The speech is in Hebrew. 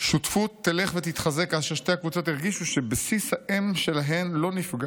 השותפות תלך ותתחזק כאשר שתי הקבוצות ירגישו שבסיס האם שלהן לא נפגע